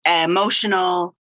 Emotional